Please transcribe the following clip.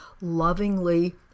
lovingly